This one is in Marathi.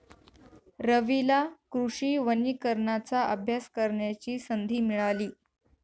रवीला कृषी वनीकरणाचा अभ्यास करण्याची संधी मिळाली